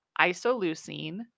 isoleucine